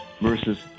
versus